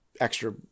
extra